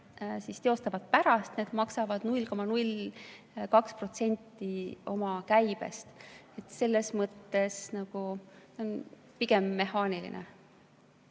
teostatakse pärast, need maksavad 0,02% oma käibest. Selles mõttes nagu pigem mehaaniline